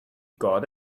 got